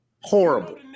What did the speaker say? horrible